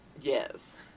yes